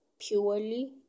purely